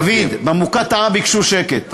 דוד, דוד, במוקטעה ביקשו שקט.